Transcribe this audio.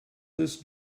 this